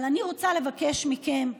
אבל אני רוצה לבקש מכם היום,